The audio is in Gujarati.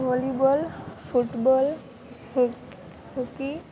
volleyball football hock hockey